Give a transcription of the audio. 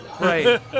right